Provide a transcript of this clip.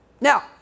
Now